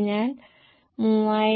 നിങ്ങൾക്ക് ലഭിച്ചു ദയവായി മൊത്തം പരിശോധിക്കുക ആകെ വിൽപ്പനയുടെ ചിലവ് നിങ്ങൾക്ക് ഇവിടെ കാണാൻ കഴിയും